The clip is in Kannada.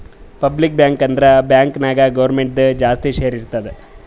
ಪಬ್ಲಿಕ್ ಬ್ಯಾಂಕ್ ಅಂದುರ್ ಬ್ಯಾಂಕ್ ನಾಗ್ ಗೌರ್ಮೆಂಟ್ದು ಜಾಸ್ತಿ ಶೇರ್ ಇರ್ತುದ್